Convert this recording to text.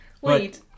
Wait